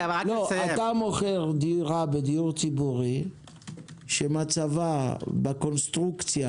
אתה מוכר דירה בדיור ציבורי שמצב הקונסטרוקציה